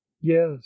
yes